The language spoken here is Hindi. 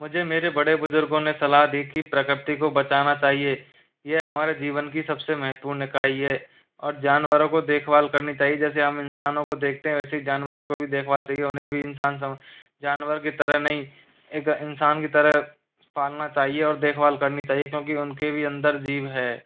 मुझे मेरे बड़े बुजुर्गो ने सलाह दी की प्रकृति को बचाना चाहिए ये हमारे जीवन की सबसे महत्वपूर्ण इकाई है और जानवरों को देखभाल करनी चाहिए जैसे हम इंसानों को देखते हैं वैसे ही जानवरों को भी देखभाल चाहिए उन्हें भी इंसान सम जानवर की तरह नहीं एक इंसान की तरह पालना चाहिए और देखभाल करनी चाहिए क्योंकि उनके भी अंदर जीव है